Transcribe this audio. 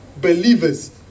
believers